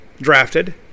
drafted